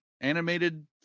animated